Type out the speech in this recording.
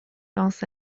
dans